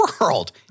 world